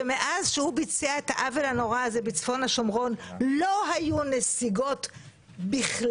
שמאז שהוא ביצע את העוול הנורא הזה בצפון השומרון לא היו נסיגות כלל,